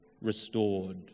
restored